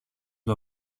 του